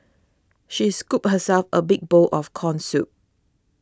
she scooped herself a big bowl of Corn Soup